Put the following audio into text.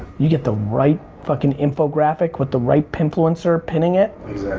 you get the right fucking infographic with the right pinfluencer pinning it.